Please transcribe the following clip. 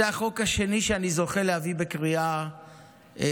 זה החוק השני שאני זוכה להביא בקריאה שלישית.